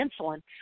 insulin